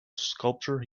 sculpture